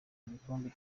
igikombe